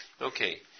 Okay